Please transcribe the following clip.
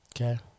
Okay